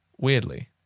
weirdly